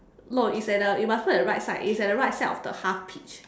no it's at the you must look at the right side it's at the right side of the half peach